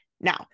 Now